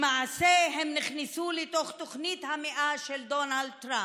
למעשה, הם נכנסו לתוך תוכנית המאה של דונלד טראמפ.